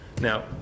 Now